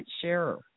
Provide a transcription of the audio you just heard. share